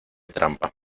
trampa